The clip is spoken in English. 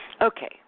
Okay